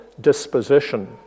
disposition